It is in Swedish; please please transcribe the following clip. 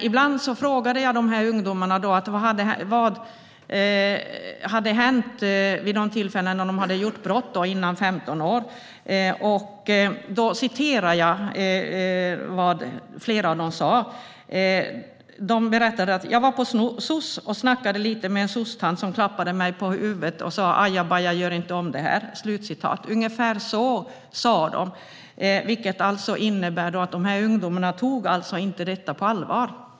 Ibland frågade jag dessa ungdomar vad som hade hänt vid de tillfällen då de begått brott innan de fyllt 15 år, och jag vill citera vad flera av dem sa. De berättade: "Jag var på soss och snackade lite med en sosstant som klappade mig på huvudet och sa ajabaja, gör inte om detta." Ungefär så sa de. Det innebär alltså att ungdomarna inte tog detta på allvar.